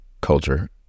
culture